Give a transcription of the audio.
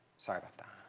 sorry about that.